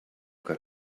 got